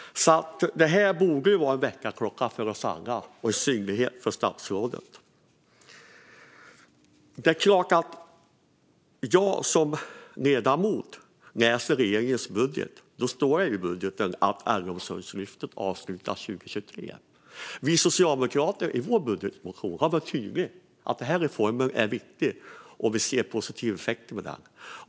Detta borde vara en väckarklocka för oss alla och i synnerhet för statsrådet. När jag som ledamot läser regeringens budget kan jag se att Äldreomsorgslyftet avslutas 2023. Vi socialdemokrater har i vår budgetmotion varit tydliga med att denna reform är viktig och att vi ser positiva effekter av den.